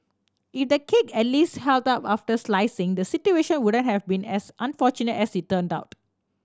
if the cake at least held up after slicing the situation wouldn't have been as unfortunate as it turned out